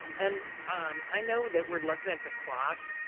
and um i know that we're looking at the clock,